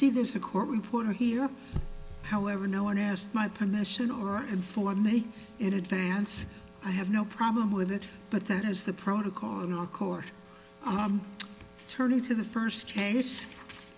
see there's a court reporter here however no one asked my permission or and for i make an advance i have no problem with it but that is the protocol in our court i'm turning to the first case